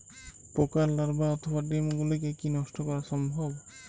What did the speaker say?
পোকার লার্ভা অথবা ডিম গুলিকে কী নষ্ট করা সম্ভব?